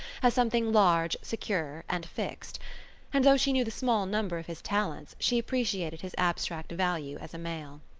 as something large, secure and fixed and though she knew the small number of his talents she appreciated his abstract value as a male.